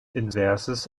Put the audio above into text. inverses